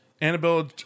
Annabelle